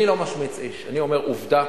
אני לא משמיץ איש, אני אומר עובדה.